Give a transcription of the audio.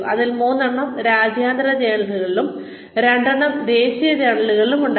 അതിൽ മൂന്നെണ്ണം രാജ്യാന്തര ജേർണലുകളിലും രണ്ടെണ്ണം ദേശീയ ജേർണലുകളിലും ഉണ്ടായിരുന്നു